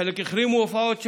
חלק החרימו הופעות שלו,